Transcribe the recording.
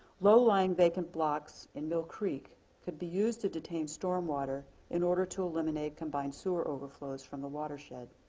low lying vacant blocks in mill creek could be used to detain storm water in order to eliminate combined sewer overflows from the watershed.